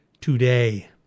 today